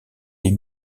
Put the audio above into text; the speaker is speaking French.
des